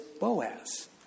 Boaz